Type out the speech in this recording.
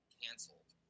canceled